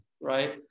right